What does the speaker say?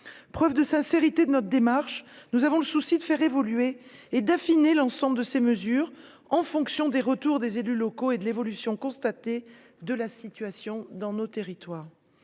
preuve de sincérité de notre démarche, nous avons le souci de faire évoluer et d'affiner l'ensemble de ces mesures en fonction des retours des élus locaux et de l'évolution constatée de la situation dans nos territoires